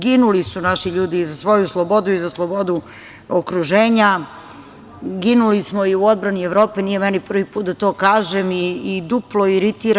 Ginuli su naši ljudi i za svoju slobodu i za slobodu okruženja, ginuli smo i u odbrani Evrope, nije meni prvi put da to kažem, i duplo iritira.